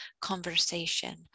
conversation